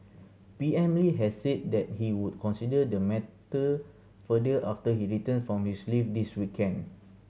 P M Lee has said that he would consider the matter further after he return from his leave this weekend